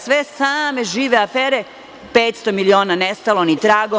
Sve same žive afere, 500 miliona nestalo ni tragom.